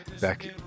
back